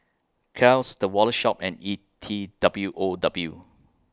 Kiehl's The Wallet Shop and E T W O W